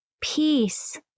peace